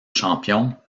champions